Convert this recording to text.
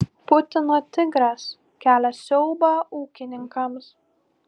putino tigras kelia siaubą ūkininkams